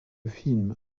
film